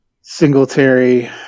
Singletary